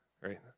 right